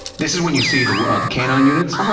this is when you see the k nine units?